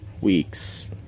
weeks